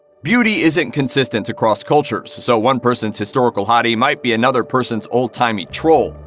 beauty isn't consistent across cultures, so one person's historical hottie might be another person's old-timey troll.